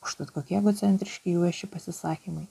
užtat kokie egocentriški jų vieši pasisakymai